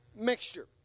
mixture